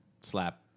slap